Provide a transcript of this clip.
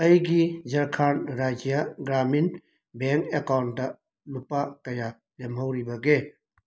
ꯑꯩꯒꯤ Jharkhand Rajya Gramin bank account ꯂꯨꯄꯥ ꯀꯌꯥ ꯂꯦꯝꯍꯧꯔꯤꯕꯒꯦ